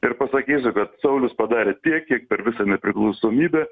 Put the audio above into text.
ir pasakysiu kad saulius padarė tiek kiek per visą nepriklausomybę